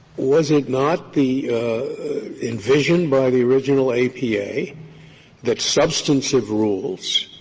was it not the envision by the original apa that substantive rules